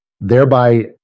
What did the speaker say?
thereby